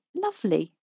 lovely